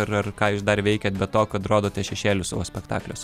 ar ar ką jūs dar veikiat be to kad rodote šešėlius savo spektakliuose